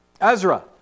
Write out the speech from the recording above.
Ezra